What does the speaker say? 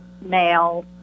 male